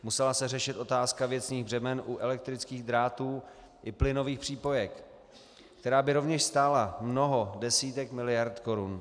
Musela se řešit otázka věcných břemen u elektrických drátů i plynových přípojek, která by rovněž stála mnoho desítek miliard korun.